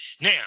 Now